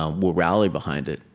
um will rally behind it.